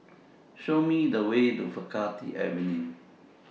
Show Me The Way to Faculty Avenue